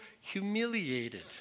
humiliated